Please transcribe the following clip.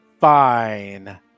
fine